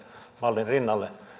mallin rinnalle